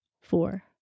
Four